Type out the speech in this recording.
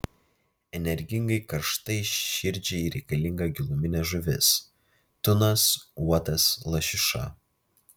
energingai karštai širdžiai reikalinga giluminė žuvis tunas uotas lašiša